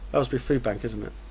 aylesbury food bank isn't it?